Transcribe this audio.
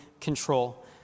control